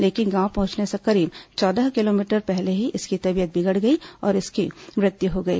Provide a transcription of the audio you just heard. लेकिन गांव पहुंचने से करीब चौदह किलोमीटर पहले ही इसकी तबीयत बिगड़ गई और उसकी मृत्यू हो गई